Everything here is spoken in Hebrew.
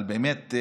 אבל באמת,